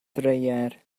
dreier